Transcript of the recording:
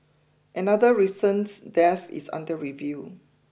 another recent death is under review